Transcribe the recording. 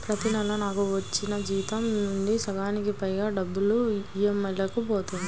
ప్రతి నెలా నాకు వచ్చిన జీతం నుంచి సగానికి పైగా డబ్బులు ఈ.ఎం.ఐ లకే పోతన్నాయి